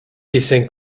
dessin